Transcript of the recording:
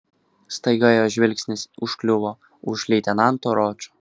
staiga jos žvilgsnis užkliuvo už leitenanto ročo